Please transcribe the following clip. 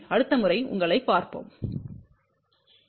அடுத்த முறை உங்களைப் பார்ப்போம் பை